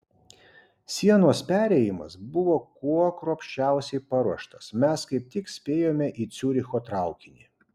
sienos perėjimas buvo kuo kruopščiausiai paruoštas mes kaip tik spėjome į ciuricho traukinį